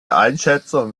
einschätzung